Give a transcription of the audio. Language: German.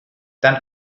dann